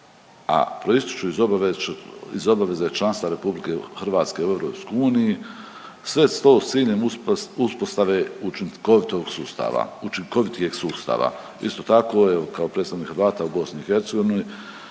a proističu iz obaveze članstva Republike Hrvatske u EU sve to s ciljem uspostave učinkovitijeg sustava. Isto tako evo kao predstavnik Hrvata u BiH